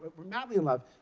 but we're madly in love,